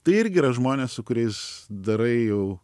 tai irgi yra žmonės su kuriais darai jau